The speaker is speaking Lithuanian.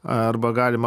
arba galima